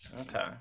Okay